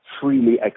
freely